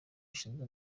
ishinzwe